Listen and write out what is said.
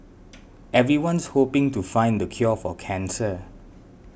everyone's hoping to find the cure for cancer